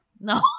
No